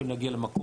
יכולים להגיע למקום,